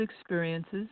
experiences